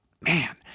Man